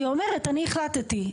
היא אומרת 'אני החלטתי',